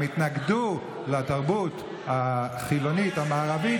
הם התנגדו לתרבות החילונית המערבית,